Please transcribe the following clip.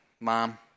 Mom